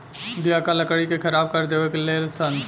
दियाका लकड़ी के खराब कर देवे ले सन